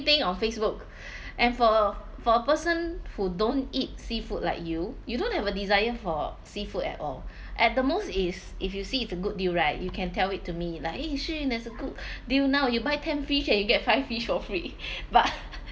everything on Facebook and for for a person who don't eat seafood like you you don't have a desire for seafood at all at the most is if you see it's a good deal right you can tell it to me like !hey! shi yun there's a good deal now you buy ten fish and you get five fish for free but